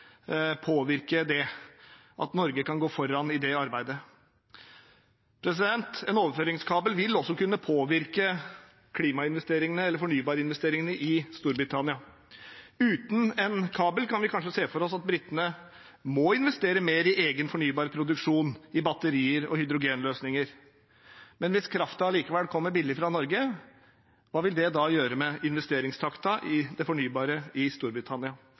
det at Norge kan gå foran i det arbeidet? En overføringskabel vil også kunne påvirke klimainvesteringene eller fornybarinvesteringene i Storbritannia. Uten en kabel kan vi kanskje se for oss at britene må investere mer i egen fornybar produksjon, i batterier og hydrogenløsninger, men hvis kraften allikevel kommer billig fra Norge, hva vil det da gjøre med investeringstakten i det fornybare i Storbritannia?